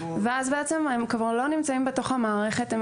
אז הם כבר לא נמצאים בתוך המערכת.